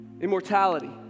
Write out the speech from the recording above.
immortality